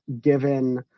given